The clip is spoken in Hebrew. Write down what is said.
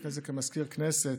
ולפני זה כמזכיר כנסת,